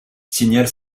signale